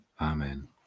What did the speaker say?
Amen